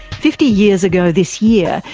fifty years ago this year,